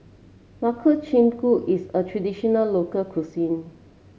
Makchang Gui is a traditional local cuisine